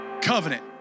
Covenant